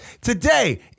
Today